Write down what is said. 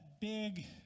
big